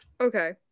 Okay